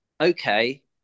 okay